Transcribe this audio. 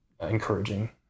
encouraging